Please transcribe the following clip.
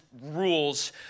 rules